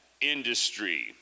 industry